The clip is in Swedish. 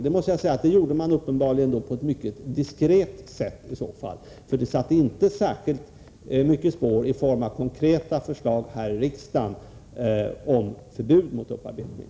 Det gjorde man i så fall på ett mycket diskret sätt, för det satte inte särskilt många spår i riksdagen i form av konkreta förslag om förbud mot upparbetning.